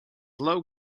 low